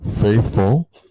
faithful